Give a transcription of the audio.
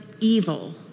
evil